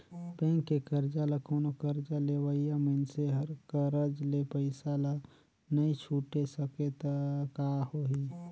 bank के करजा ल कोनो करजा लेहइया मइनसे हर करज ले पइसा ल नइ छुटे सकें त का होही